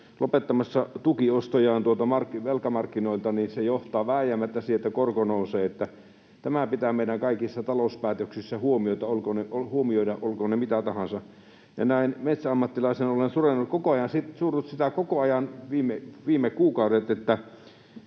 lopettamassa tukiostojaan velkamarkkinoilta, niin se johtaa vääjäämättä siihen, että korko nousee. Tämä pitää meidän kaikissa talouspäätöksissä huomioida, olkoot ne mitä tahansa. Näin metsäammattilaisena olen surrut koko ajan viime kuukaudet sitä,